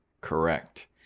correct